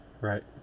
Right